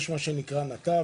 מדובר בפרויקט הנתב,